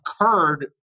occurred